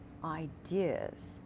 ideas